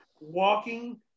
Walking